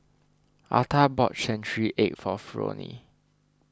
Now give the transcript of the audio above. Arta bought Century Egg for Fronie